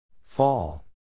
Fall